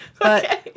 Okay